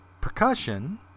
percussion